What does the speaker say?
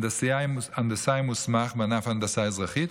הנדסאי מוסמך מענף הנדסה אזרחית,